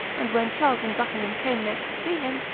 and when charles and buckingham came next to see him,